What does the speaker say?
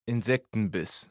Insektenbiss